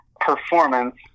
performance